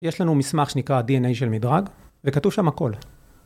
יש לנו מסמך שנקרא DNA של מדרג וכתוב שם הכל